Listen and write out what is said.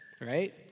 right